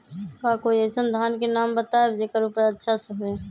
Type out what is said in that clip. का कोई अइसन धान के नाम बताएब जेकर उपज अच्छा से होय?